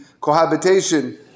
cohabitation